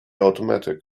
automatic